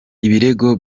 ibirego